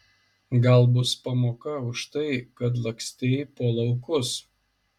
gal bus pamoka už tai kad lakstei po laukus